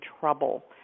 trouble